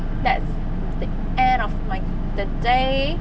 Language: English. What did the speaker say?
that's the end of my the day